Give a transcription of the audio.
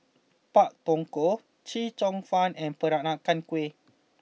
Pak Thong Ko Chee Cheong Fun and Peranakan Kueh